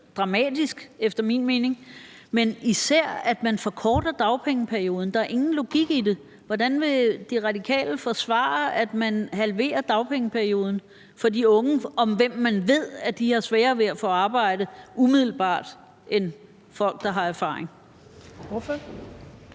dramatisk, efter min mening, dels – og det er især det – forkorter dagpengeperioden. Der er ingen logik i det. Hvordan vil De Radikale forsvare, at man halverer dagpengeperioden for de unge, om hvem man ved umiddelbart har sværere ved at få arbejde end folk, der har erfaring? Kl.